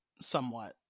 somewhat